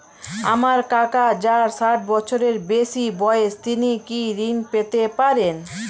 আমার কাকা যার ষাঠ বছরের বেশি বয়স তিনি কি ঋন পেতে পারেন?